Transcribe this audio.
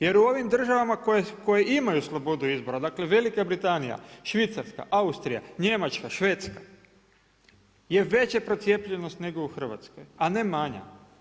Jer u ovim državama koje imaju slobodu izbora, dakle Velika Britanija, Švicarska, Austrija, Njemačka, Švedska je veća procijepljenost nego u Hrvatskoj a ne manja.